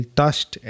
touched